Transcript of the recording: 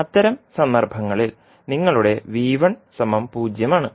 അത്തരം സന്ദർഭങ്ങളിൽ നിങ്ങളുടെ 0 ആണ്